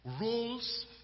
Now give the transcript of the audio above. Roles